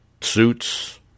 suits